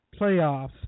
playoffs